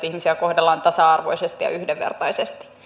ihmisiä kohdellaan tasa arvoisesti ja yhdenvertaisesti